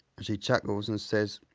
she chuckles and says,